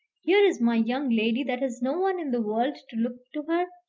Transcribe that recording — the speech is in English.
here is my young lady that has no one in the world to look to her.